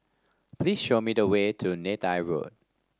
please show me the way to Neythai Road